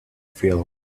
feel